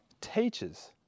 teachers